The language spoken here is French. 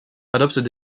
adoptent